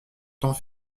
temps